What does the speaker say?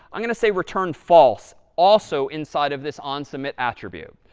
i'm going to say return false also inside of this onsubmit attribute.